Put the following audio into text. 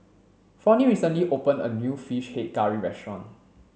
Fronnie recently opened a new fish head curry restaurant